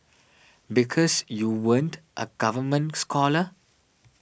because you weren't a government scholar